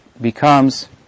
becomes